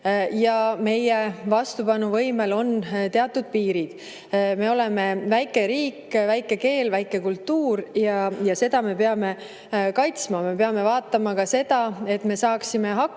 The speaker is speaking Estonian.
ja meie vastupanuvõimel on teatud piirid. Me oleme väike riik, väike keel, väike kultuur, ja seda me peame kaitsma.Me peame vaatama ka seda, et me saaksime hakkama